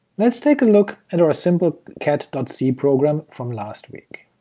let's take a look at our simple-cat c program from last week.